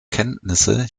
kenntnisse